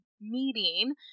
meeting